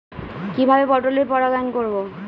কিভাবে পটলের পরাগায়ন করব?